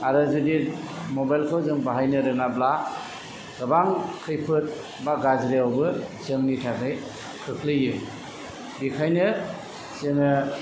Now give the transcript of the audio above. आरो जुदि मबाइलखौ जों बाहायनो रोङाब्ला गोबां खैफोद बा गाज्रियावबो जोंनि थाखाय खोख्लैयो बेखायनो जोङो